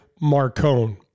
Marcone